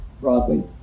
broadly